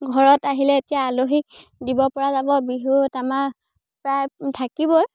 ঘৰত আহিলে এতিয়া আলহীক দিব পৰা যাব বিহুত আমাৰ প্ৰায় থাকিবই